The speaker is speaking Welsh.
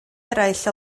eraill